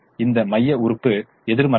இந்த மைய உறுப்பு எதிர்மறையானது